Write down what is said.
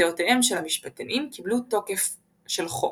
דעותיהם של המשפטנים קיבלו תוקף של חוק.